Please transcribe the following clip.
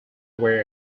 were